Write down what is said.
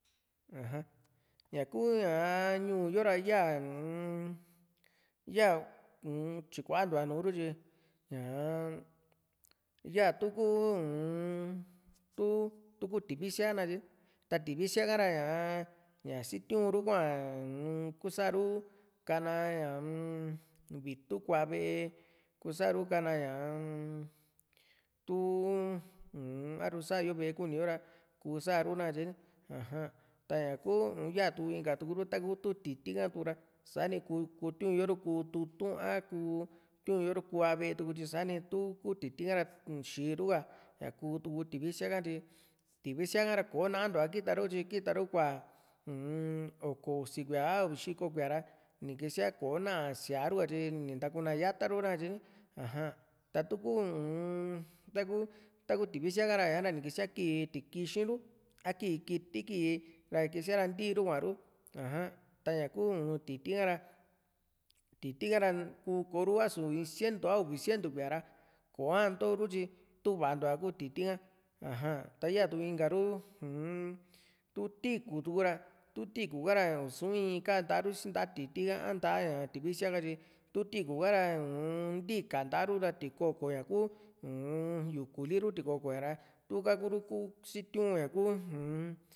aja ñá kuu ña´a ñuu yo ra ya uu-m ya u-n tyiku´a ntua núru tyi ñaa ta tú´ku mm tu tú´ku tivisía nakatye ni ta tivisía ka´ra ña´a ña sitiu´ru kua uu-n kusaru kana ña-m vitu kuaa ve´e kusaru kana ña u-m tu a´ru sa´yo ve´e kuni´yo kuu sa´ru nakatye ni aja ta´ña ñakuu nùù yaa tuu inka ru taku tu titi ka tuuta sani kuu kutiu´nyo ru ku tutu´n a kutiu´n yo ru kuaa ve´e tuku tyi sani tu kú titi ka´ra xii ru ka ña kuu tuku tivísia ka tyi tivísia ka´ra kò´o nantua kita ru tyi kita ru kua uu-n oko usi kuía a uvi xiko kuía ra ni kisía koo´na síaru ka tyi ni ntakuna yata ru na katye ni aja ta tú kuu uu-n taku taku tivísia ka ra ni kisía kii tikixi ru akii kiti ki ra kisíara ntiru kuaru aja ta ñaku titi ha´ra titi ka´ra kuu kooru ka a´su in cientu a uvi cientu kuíaa ra ko´a ntoru tyi tu va´a ntua ku titi ka aja ta ya tu inkaru uu-n tú tiikú tukura tu tiikú ha´ra i´su in kanta ru si a titi ka a ña tivísia ka tyi tu tiikú ka´ra uu-n ntíka nta´a ru ra tiko´ko ña kuu uu-n yukuli ru tiko´ko a´ra tuka kuru kuu sitiu´nña ku uu-n